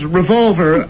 revolver